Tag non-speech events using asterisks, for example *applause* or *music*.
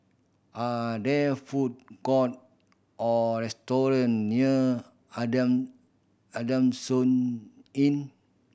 are there food court or restaurant near *unintelligible* Adamson Inn